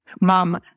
Mom